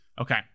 okay